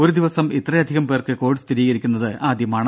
ഒരു ദിവസം ഇത്രയധികം പേർക്ക് കോവിഡ് സ്ഥിരീകരിക്കുന്നത് ആദ്യമാണ്